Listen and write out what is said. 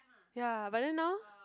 ya but then now